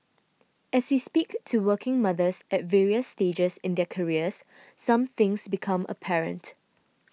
as we speak to working mothers at various stages in their careers some things become apparent